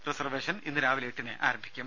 reservation ഇന്ന് രാവിലെ എട്ടിന് ആരംഭിക്കും